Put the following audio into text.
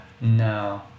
no